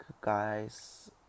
guys